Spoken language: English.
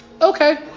Okay